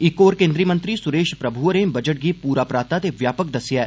इक होर केन्द्री मंत्री सुरेष प्रभु होरें बजट गी पूरा पराता ते व्यापक दस्सेआ ऐ